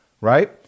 right